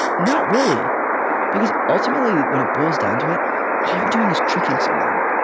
not really because ultimately when it boils down to it all you're doing is tricking someone.